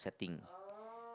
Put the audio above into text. setting